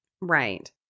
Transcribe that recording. right